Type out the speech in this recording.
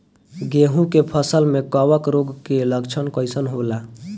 गेहूं के फसल में कवक रोग के लक्षण कइसन होला?